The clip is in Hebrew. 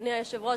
אדוני היושב-ראש,